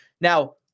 Now